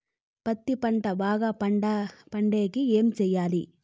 పత్తి పంట బాగా పండే కి ఏమి చెయ్యాలి?